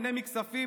נהנה מכספים,